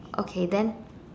okay then